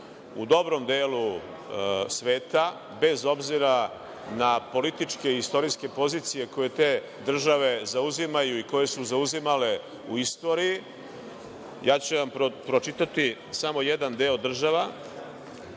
u dobrom delu sveta bez obzira na političke i istorijske pozicije koje te države zauzimaju i koje su zauzimale u istoriji. Ja ću vam pročitati samo jedan deo država.